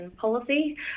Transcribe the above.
policy